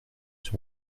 sur